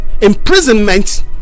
imprisonment